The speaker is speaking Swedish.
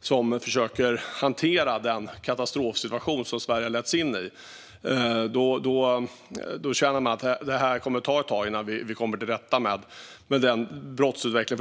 som försöker hantera den katastrofsituation som Sverige har letts in i känner man att det kommer att ta ett tag innan vi kommer till rätta med brottsutvecklingen.